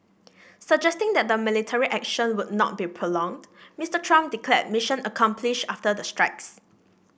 suggesting that the military action would not be prolonged Mister Trump declared mission accomplished after the strikes